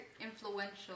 influential